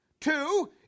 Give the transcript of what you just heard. Two